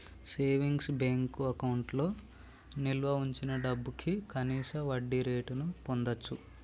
savings bank అకౌంట్లో నిల్వ వుంచిన డబ్భుకి కనీస వడ్డీరేటును పొందచ్చు